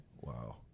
Wow